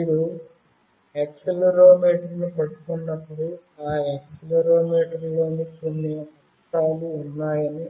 మీరు యాక్సిలెరోమీటర్ను పట్టుకున్నప్పుడు ఆ యాక్సిలెరోమీటర్లో కొన్ని అక్షాలు ఉన్నాయని